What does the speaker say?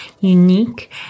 unique